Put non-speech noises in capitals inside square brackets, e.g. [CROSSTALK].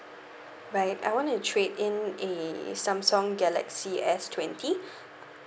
right I wanna trade in a samsung galaxy S twenty [BREATH]